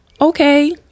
Okay